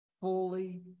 fully